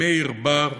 מאיר בר,